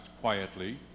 quietly